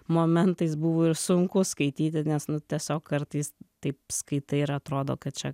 momentais buvo ir sunku skaityti nes nu tiesiog kartais taip skaitai ir atrodo kad čia